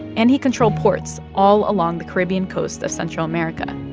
and he controlled ports all along the caribbean coast of central america.